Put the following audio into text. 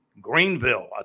Greenville